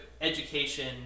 education